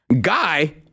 Guy